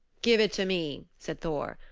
give it to me, said thor.